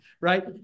right